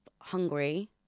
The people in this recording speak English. hungry